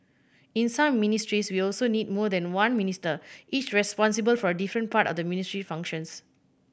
in some ministries we also need more than one Minister each responsible for a different part of the ministry's functions